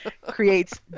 creates